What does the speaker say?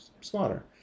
slaughter